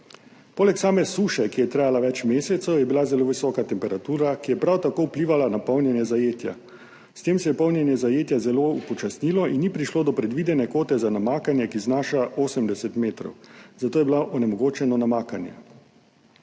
Poleg same suše, ki je trajala več mesecev, je bila zelo visoka temperatura, ki je prav tako vplivala na polnjenje zajetja. S tem se je polnjenje zajetja zelo upočasnilo in ni prišlo do predvidene kvote za namakanje, ki znaša 80 metrov, zato je bilo onemogočeno namakanje.